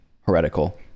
heretical